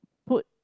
put